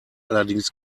allerdings